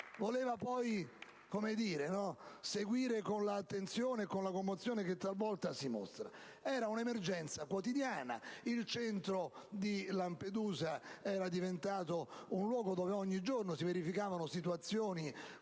voleva poi seguire con l'attenzione e con la commozione che talvolta si ostenta ora. *(Applausi dal Gruppo PdL).* Era un'emergenza quotidiana, il centro di Lampedusa era diventato un luogo dove ogni giorno si verificavano situazioni